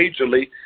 majorly